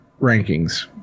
rankings